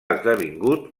esdevingut